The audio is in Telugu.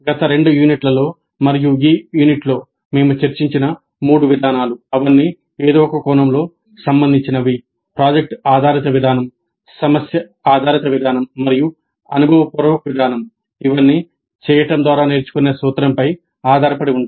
గత రెండు యూనిట్లలో మరియు ఈ యూనిట్లో మేము చర్చించిన మూడు విధానాలు అవన్నీ ఏదో ఒక కోణంలో సంబంధించినవి ప్రాజెక్ట్ ఆధారిత విధానం సమస్య ఆధారిత విధానం మరియు అనుభవపూర్వక విధానం ఇవన్నీ చేయడం ద్వారా నేర్చుకునే సూత్రంపై ఆధారపడి ఉంటాయి